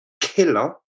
killer